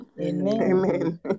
Amen